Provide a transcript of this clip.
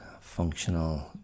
functional